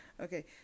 Okay